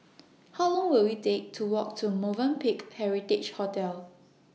How Long Will IT Take to Walk to Movenpick Heritage Hotel